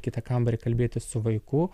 kitą kambarį kalbėtis su vaiku